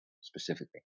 specifically